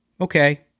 okay